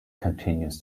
continues